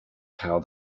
how